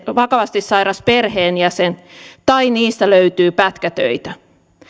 vakavasti sairas perheenjäsen tai niistä löytyy pätkätöitä